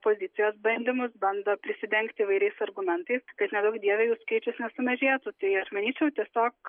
pozicijos bandymus bando prisidengti įvairiais argumentais kad neduok dieve jų skaičius nesumažėtų tai aš manyčiau tiesiog